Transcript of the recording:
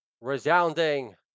resounding